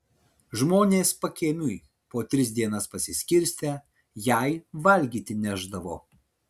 žmonės pakiemiui po tris dienas pasiskirstę jai valgyti nešdavo